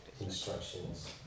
instructions